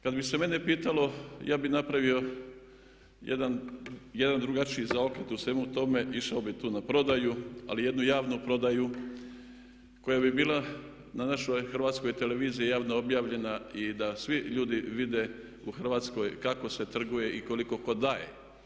Kada bi se mene pitalo ja bih napravio jedan drugačiji zaokret u svemu tome, išao bih tu na prodaju, ali jednu javnu prodaju koja bi bila na našoj Hrvatskoj televiziji javno objavljena i da svi ljudi vide u Hrvatskoj kako se trguje i koliko tko daje.